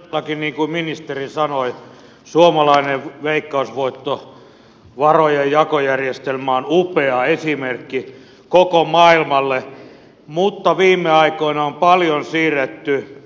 todellakin niin kuin ministeri sanoi suomalainen veikkausvoittovarojen jakojärjestelmä on upea esimerkki koko maailmalle mutta viime aikoina on paljon siirretty